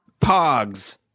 Pogs